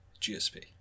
GSP